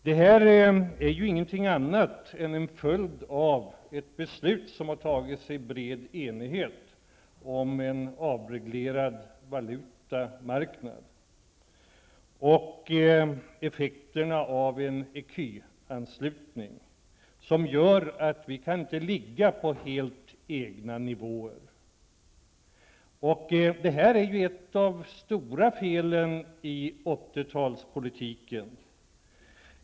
Detta är ingenting annat än en följd av ett beslut som har tagits i bred enighet om en avreglerad valutamarknad och effekterna av en ecuanslutning som gör att vi inte kan ligga på helt egna nivåer. Det här är ett av de stora felen i 1980 talspolitiken.